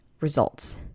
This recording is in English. results